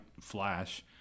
flash